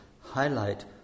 highlight